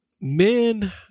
Men